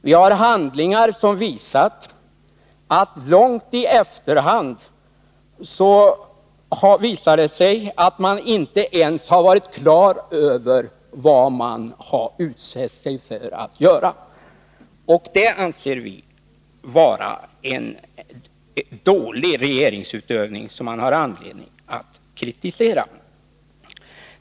Vi har handlingar som visar att man inte ens långt i efterhand varit på det klara med vad man utfäst sig att göra, och det anser vi vara en dålig regeringsutövning som det finns anledning att kritisera.